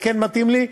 זה כן מתאים לי.